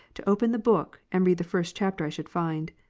to open the book, and read the first chapter i should find.